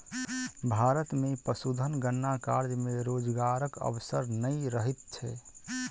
भारत मे पशुधन गणना कार्य मे रोजगारक अवसर नै रहैत छै